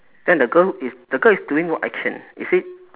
then the girl is the girl is doing what action is it